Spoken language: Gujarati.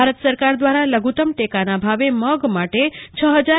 ભારત સરકાર દ્વારા લઘુતમ ટેકાના ભાવે મગ માટે રૂા